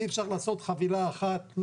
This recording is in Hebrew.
אי אפשר לעשות חבילה אחת.